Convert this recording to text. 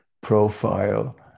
profile